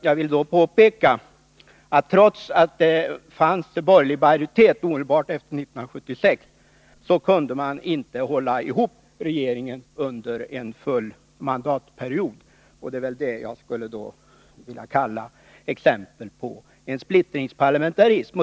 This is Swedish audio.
Jag vill då påpeka att trots att det fanns borgerlig majoritet omedelbart efter 1976 års val kunde en borgerlig regering inte hållas ihop under en hel mandatperiod. Det är detta förhållande som jag skulle vilja säga utgör exempel på splittringsparlamentarism.